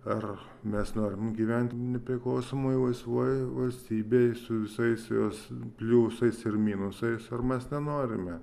ar mes norim gyventi nepriklausomoj laisvoj valstybėj su visais jos pliusais ir minusais ar mes nenorime